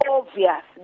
Obvious